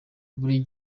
buri